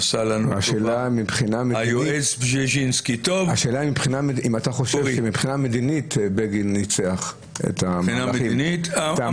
השאלה אם אתה חושב שמבחינה מדינית בגין ניצח את המהלכים?